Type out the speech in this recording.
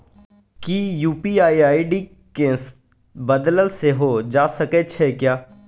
कि UPI ID केँ बदलल सेहो जा सकैत छै?